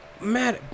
man